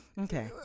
Okay